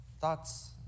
Thoughts